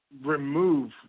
remove